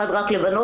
אחד רק לבנות,